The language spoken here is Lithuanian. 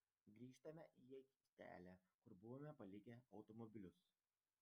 grįžtame į aikštelę kur buvome palikę automobilius